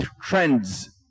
trends